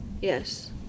yes